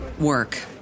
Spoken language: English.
work